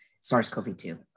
SARS-CoV-2